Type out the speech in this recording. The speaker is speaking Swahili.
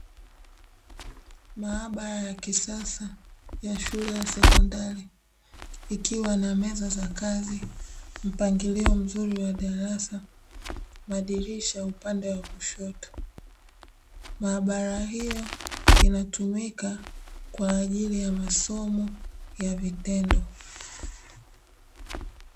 Maabara ya kisasa ya shule ya sekondari ikiwa na meza za kazi, mpangilio mzuri wa darasa, madirisha upande wa kushoto. Maabara hiyo inatumika kwa ajili ya masomo ya vitendo.